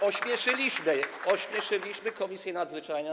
Ośmieszyliśmy Komisję Nadzwyczajną.